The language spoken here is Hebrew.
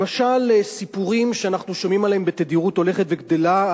למשל סיפורים שאנחנו שומעים עליהם בתדירות הולכת וגדלה,